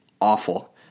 awful